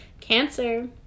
Cancer